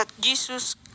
Jesus